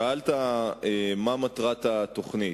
2. שאלת מה מטרת התוכנית.